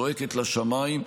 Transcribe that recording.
הזועקת לשמיים.